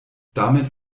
damit